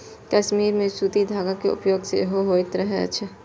कश्मीर मे सूती धागा के उत्पादन सेहो होइत रहै